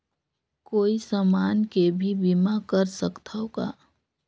कोई समान के भी बीमा कर सकथव का?